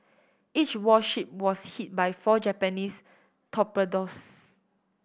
each warship was hit by four Japanese torpedoes